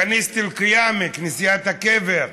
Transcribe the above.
כניסת אל-קיאמה, כנסיית הקבר.